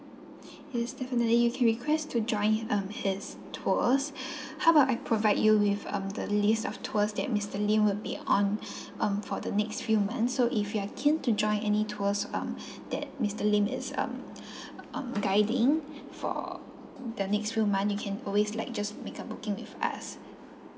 yes definitely you can request to join um his tours how about I provide you with um the list of tours that mister lim will be on um for the next few months so if you're keen to join any tours um that mister lim is um um guiding for the next few month you can always like just make a booking with us